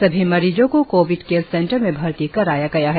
सभी मरीजो को कोविड केयर सेंटर में भर्ती कराया गया है